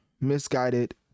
misguided